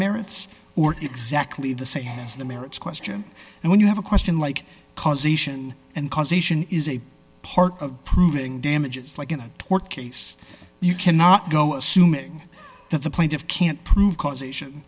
merits or exactly the same as the merits question and when you have a question like causation and causation is a part of proving damages like in a tort case you cannot go assuming that the point of can't prove causation